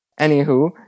Anywho